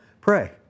pray